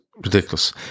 ridiculous